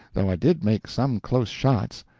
though i did make some close shots,